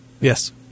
Yes